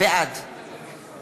בעד